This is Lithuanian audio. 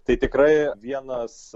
tai tikrai vienas